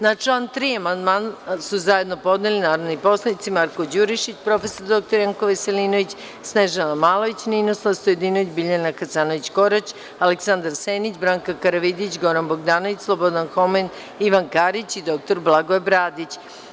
Na član 3. amandman su zajedno podneli narodni poslanici Marko Đurišić, prof. dr Janko Veselinović, Snežana Malović, Ninoslav Stojadinović, Biljana Hasanović Korać, Aleksandar Senić, Branka Karavidić, Goran Bogdanović, Slobodan Homen, Ivan Karić i dr Blagoje Bradić.